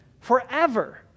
forever